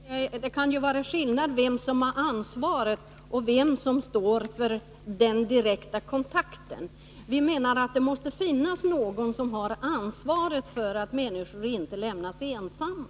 Herr talman! Jag vill bara säga ett par ord med anledning av den sista delen i Ingemar Eliassons anförande, som gällde vem som bör ha själva ansvaret. Det kan vara olika personer som har ansvaret resp. står för den direkta kontakten. Vi menar att det måste finnas någon som har ansvaret för att människorna inte lämnas ensamma.